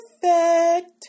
perfect